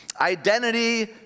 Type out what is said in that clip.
Identity